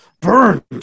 burned